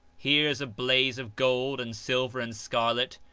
here's a blaze of gold and silver and scarlet!